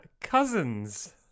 Cousins